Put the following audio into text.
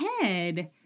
head